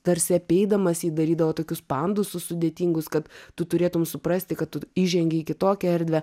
tarsi apeidamas jį darydavo tokius pandusus sudėtingus kad tu turėtum suprasti kad tu įžengei į kitokią erdvę